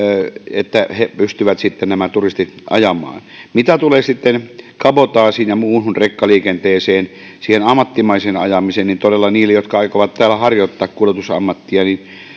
että nämä turistit pystyvät sitten niillä ajamaan mitä tulee sitten kabotaasiin ja muuhun rekkaliikenteeseen siihen ammattimaiseen ajamiseen niin todella niitä jotka aikovat täällä harjoittaa kuljetusammattia